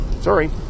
Sorry